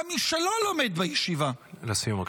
מי שלא לומד בישיבה -- לסיום בבקשה.